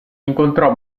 incontrò